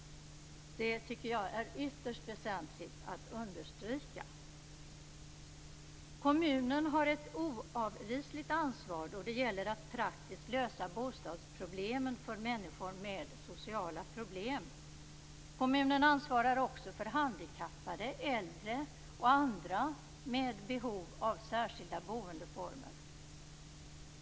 Det tycker jag är ytterst väsentligt att understryka. Kommunen har ett oavvisligt ansvar då det gäller att praktiskt lösa bostadsproblemen för människor med sociala problem. Kommunen ansvarar också för handikappade, äldre och andra med behov av särskilda boendeformer.